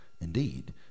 Indeed